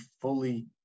fully